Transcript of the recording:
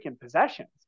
possessions